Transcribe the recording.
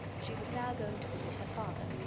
she was now going to visit her father,